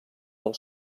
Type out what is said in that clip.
del